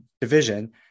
division